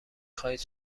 خواهید